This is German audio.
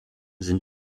sind